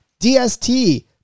DST